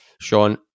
Sean